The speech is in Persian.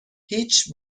هیچ